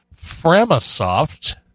Framasoft